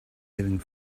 living